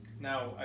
now